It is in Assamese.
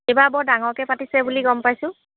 এইবাৰ বৰ ডাঙৰকৈ পাতিছে বুলি গম পাইছোঁ